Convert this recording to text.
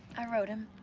i wrote him.